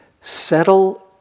Settle